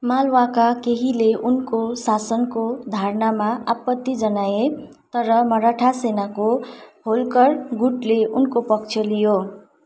मालवाका केहीले उनको शासनको धारणामा आपत्ति जनाए तर मराठा सेनाको होल्कर गुटले उनको पक्ष लियो